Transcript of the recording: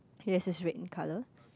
yes that's red in colour